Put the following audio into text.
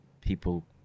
people